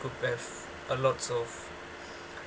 to have a lots of